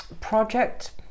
project